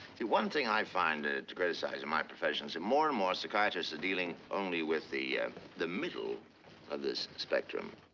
one thing i find ah to criticize in my profession so more and more psychiatrists are dealing only with the the middle of this spectrum.